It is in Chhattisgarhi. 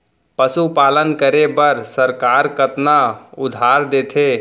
पशुपालन करे बर सरकार कतना उधार देथे?